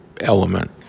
element